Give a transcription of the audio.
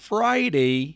Friday